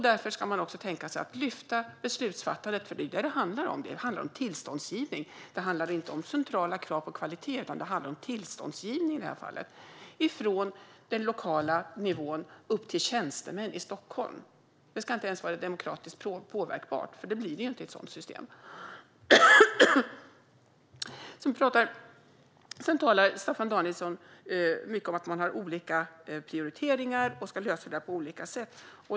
Därför kan man också tänka sig att lyfta beslutsfattandet. Det är vad det handlar om. Det handlar i det här fallet inte om centrala krav på kvalitet utan om tillståndsgivning. Man lyfter beslut från den lokala nivån upp till tjänstemän i Stockholm. Det ska inte ens vara demokratiskt påverkbart. Det blir det inte i ett sådant system. Sedan talar Staffan Danielsson mycket om att de har olika prioriteringar och ska lösa det på olika sätt.